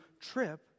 trip